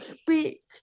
speak